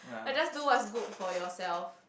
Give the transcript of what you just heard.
like just do what's good for yourself